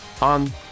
on